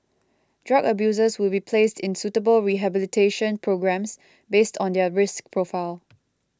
drug abusers will be placed in suitable rehabilitation programmes based on their risk profile